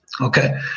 Okay